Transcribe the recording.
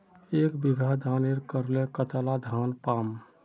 एक बीघा धानेर करले कतला धानेर पाम?